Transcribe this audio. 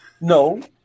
No